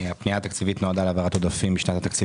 הפנייה התקציבית נועדה להעברת עודפים משנת התקציב